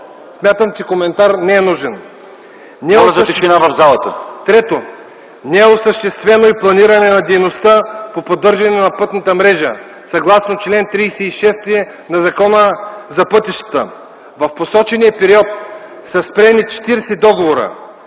тишина в залата! ИВАН ВЪЛКОВ: Трето, не е осъществено и планиране на дейността по поддържане на пътната мрежа съгласно чл. 36 на Закона за пътищата. В посочения период са спрени 40 договора.